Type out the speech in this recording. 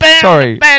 Sorry